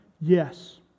Yes